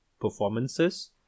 performances